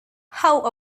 how